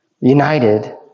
united